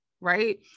right